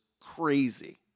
crazy